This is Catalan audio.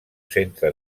centre